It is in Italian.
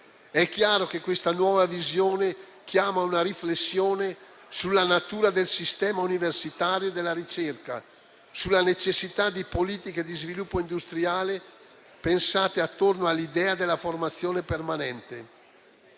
È chiaro che questa nuova visione chiama a una riflessione sulla natura del sistema universitario e della ricerca, sulla necessità di politiche di sviluppo industriale pensate attorno all'idea della formazione permanente,